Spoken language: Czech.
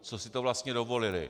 Co si to vlastně dovolili.